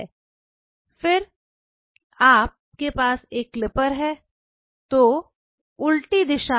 फिर आपके पास एक क्लिपर है